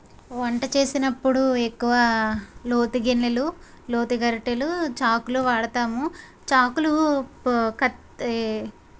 వంట చేసినప్పుడు ఎక్కువ లోతు గిన్నెలు లోతు గరిటెలు చాకులు వాడతాము చాకులు కత్తి